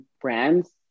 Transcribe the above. brands